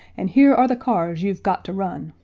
and here are the cars you've got to run.